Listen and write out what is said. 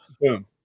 boom